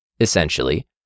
essentially